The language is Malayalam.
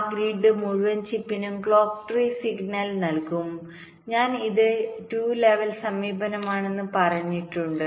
ആ ഗ്രിഡ് മുഴുവൻ ചിപ്പിനും ക്ലോക്ക് ട്രീ സിഗ്നൽനൽകും ഞാൻ ഇത് 2 ലെവൽ സമീപനമാണെന്ന് പറഞ്ഞിട്ടുണ്ട്